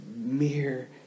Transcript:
Mere